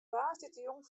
woansdeitejûn